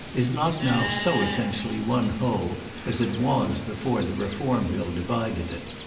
is not now so essentially one whole as it was before the reform bill divided it.